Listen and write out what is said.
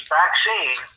vaccine